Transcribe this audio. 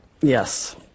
Yes